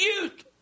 youth